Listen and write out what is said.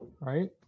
right